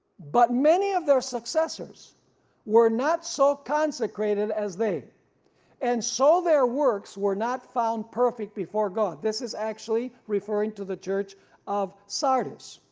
but many of their successors were not so consecrated as they and so their works were not found perfect before god. this is actually referring to the church of sardis.